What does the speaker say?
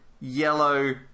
yellow